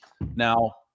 Now